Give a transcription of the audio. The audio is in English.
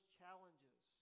challenges